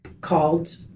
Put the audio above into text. called